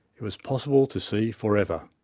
it was possible to see forever.